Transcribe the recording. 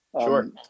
Sure